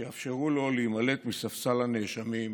שיאפשרו לו להימלט מספסל הנאשמים